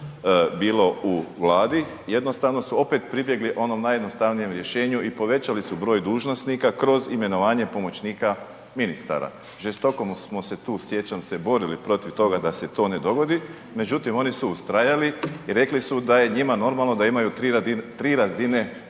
bilo u Vladi, jednostavno su opet pribjegli onom najjednostavnijem rješenju i povećali su broj dužnosnika kroz imenovanje pomoćnika ministara. Žestoko smo se tu sjećam se, borili protiv toga da se to ne dogodit, međutim oni su ustrajali i rekli su da je njima normalno da imaju 3 razine